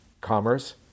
commerce